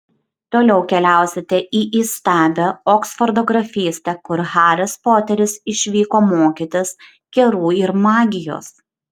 toliau keliausite į įstabią oksfordo grafystę kur haris poteris išvyko mokytis kerų ir magijos